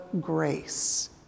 grace